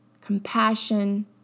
compassion